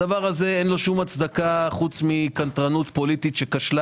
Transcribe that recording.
לדבר הזה אין כל הצדקה חוץ מקנטרנות פוליטית שכשלה